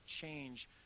change